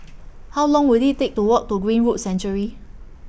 How Long Will IT Take to Walk to Greenwood Sanctuary